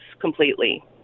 completely